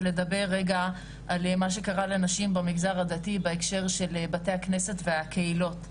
ולדבר רגע על מה שקרה לנשים במגזר הדתי בהקשר של בתי הכנסת והקהילות.